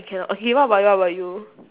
I cannot okay what about what about you